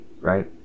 right